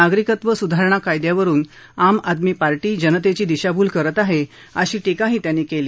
नागरिकत्व सुधारणा कायद्यावरुन आम आदमी पार्टी जनतेची दिशाभूल करत आहेत अशी टीकाही त्यांनी केली